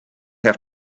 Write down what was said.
have